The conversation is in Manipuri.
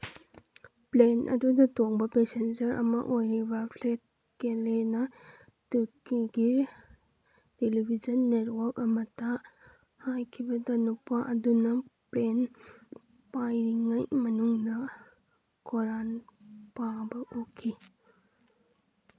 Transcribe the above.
ꯄ꯭ꯂꯦꯟ ꯑꯗꯨꯗ ꯇꯣꯡꯕ ꯄꯦꯁꯦꯟꯖꯔ ꯑꯃ ꯑꯣꯏꯔꯤꯕ ꯐ꯭ꯔꯦꯠ ꯀꯦꯂꯦꯅ ꯇꯨꯔꯀꯤꯒꯤ ꯇꯤꯂꯤꯚꯤꯖꯟ ꯅꯦꯠꯋꯥꯔꯛ ꯑꯃꯗ ꯍꯥꯏꯈꯤꯕꯗ ꯅꯨꯄꯥ ꯑꯗꯨꯅ ꯄ꯭ꯂꯦꯟ ꯄꯥꯏꯔꯤꯉꯩ ꯃꯅꯨꯡꯗ ꯀꯣꯔꯥꯟ ꯄꯥꯕ ꯎꯈꯤ